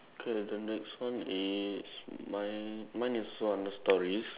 K the the next one is mine mine is also under stories